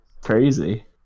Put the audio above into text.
Crazy